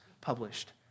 published